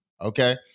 Okay